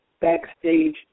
backstage